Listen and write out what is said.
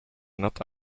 not